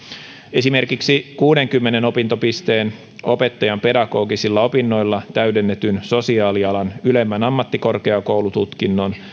esimerkiksi kuuteenkymmeneen opintopisteen opettajan pedagogisilla opinnoilla täydennetyn sosiaalialan ylemmän ammattikorkeakoulututkinnon